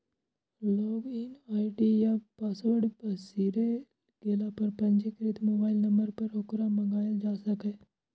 log in ID या password बिसरि गेला पर पंजीकृत मोबाइल नंबर पर ओकरा मंगाएल जा सकैए